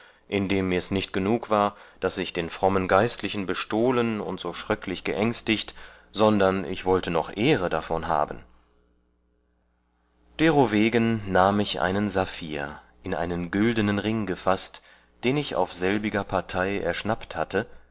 hatte indem mirs nicht genug war daß ich den frommen geistlichen bestohlen und so schröcklich geängstiget sondern ich wollte noch ehre davon haben derowegen nahm ich einen saphir in einen güldenen ring gefaßt den ich auf selbiger partei erschnappt hatte